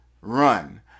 Run